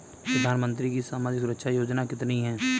प्रधानमंत्री की सामाजिक सुरक्षा योजनाएँ कितनी हैं?